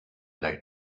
light